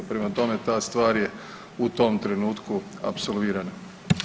Prema tome, ta stvar je u tom trenutku apsolvirana.